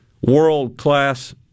world-class